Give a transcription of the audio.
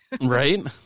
Right